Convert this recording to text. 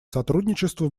сотрудничество